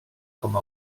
com